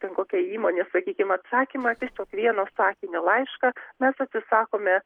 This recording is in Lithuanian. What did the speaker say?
ten kokia įmonė sakykim atsakymą tiesiog vieno sakinio laišką mes atsisakome